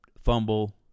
fumble